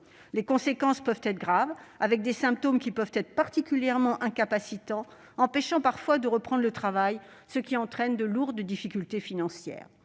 les conséquences peuvent être graves : certains symptômes peuvent être particulièrement incapacitants, au point parfois d'empêcher la reprise du travail, ce qui entraîne de lourdes difficultés financières.